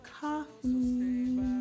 coffee